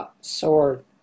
sword